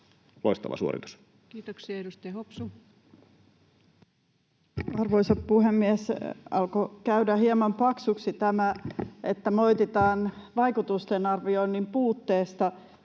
Loistava suoritus. Kiitoksia. — Edustaja Hopsu. Arvoisa puhemies! Alkoi käydä hieman paksuksi tämä, että sieltä hallituksen suunnasta